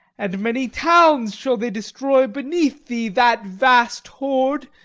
and many towns shall they destroy beneath thee, that vast horde,